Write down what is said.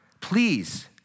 Please